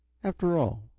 after all,